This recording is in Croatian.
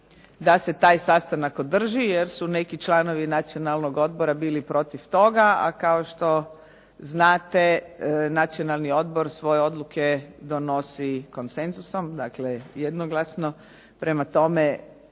da se taj sastanak održi jer su neki članovi Nacionalnog odbora bili protiv toga, a kao što znate Nacionalni odbor svoje odluke donosi konsenzusom, dakle jednostavno. Prema tome,